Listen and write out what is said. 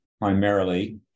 Primarily